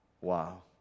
Wow